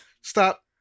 Stop